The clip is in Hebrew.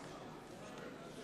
עכשיו.